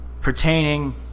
pertaining